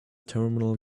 terminal